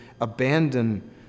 abandon